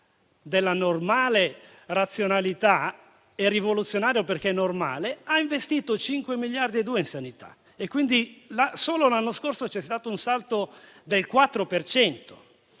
della normale razionalità e rivoluzionario perché normale ha investito 5,2 miliardi in sanità; quindi solo l'anno scorso c'è stato un salto del 4